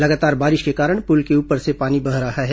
लगातार बारिश के कारण पुल के ऊपर से पानी बह रहा है